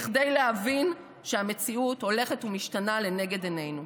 כדי להבין שהמציאות הולכת ומשתנה לנגד עינינו.